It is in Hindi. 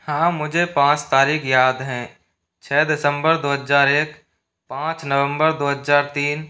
हाँ मुझे पाँच तारीख़ याद हैं छः दिसंबर दो हज़ार एक पाँच नवंबर दो हज़ार तीन